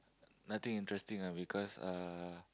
nothing interesting ah because uh